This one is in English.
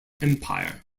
empire